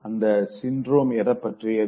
அந்த சின்றோம் எத பற்றியது